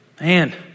Man